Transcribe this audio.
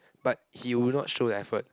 but he will not show an effort